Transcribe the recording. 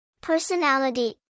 Personality